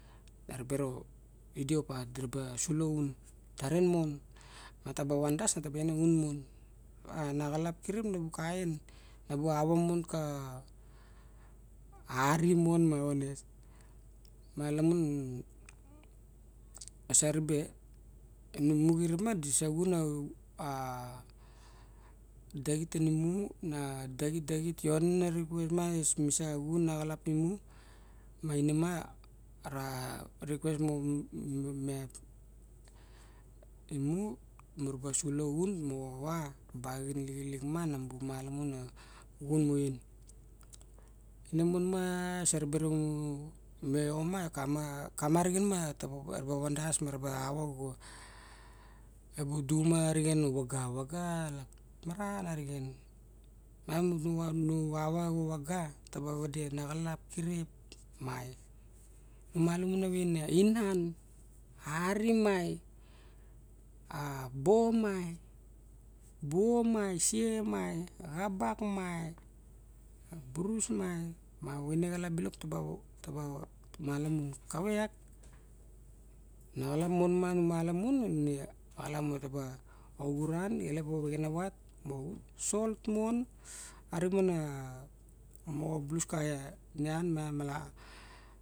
Na ri be ro idiopa di ba ra soloxun taren mon na taba van das na va ian na- un mon a naxalap kirip na vbu ka ien na bua ava mon ka ari kirip na bu ka ien na bua ava mon ka ari mon ma honest ma alamun ga sa ribe i mu my kirip ma si sa xun a- a dasxit ta ni mu na daxi daxi io ne na request ma mi sa xun axa lap imu ma ine ma ra requestma moa meiat imu mur gasulavun moava bai ivabagainlikilik ma na bun malavun ma xun win ine mun ma saribe me io ma kama kama rixen ta vavandas ma ra ba ava go evudu ma rixen avaga avaga lakmaran arigan man nu ava avaga te vede na xalap kirip mae nu mala mun an vaine inan ari mai e a bo ma e buo maie sie maie akabak maie a burus maie ma vaine axalap bilok taba ta mala mun kaveiak na xalap mun ma nu mala mu nine ala taba ovuran elep erexenacat mo xun sla man ari ma na mo blue skai a miang mala